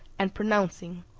and pronouncing,